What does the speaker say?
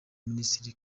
minisitiri